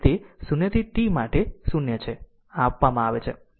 અને તે 0 થી t માટે 0 છે આ આપવામાં આવે છે